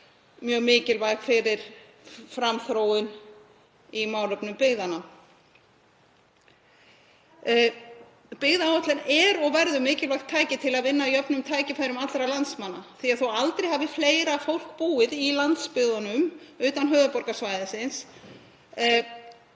mjög mikilvæg fyrir framþróun í málefnum byggðanna. Byggðaáætlun er og verður mikilvægt tæki til að vinna að jöfnum tækifærum allra landsmanna því að þó að aldrei hafi fleira fólk búið í landsbyggðunum utan höfuðborgarsvæðisins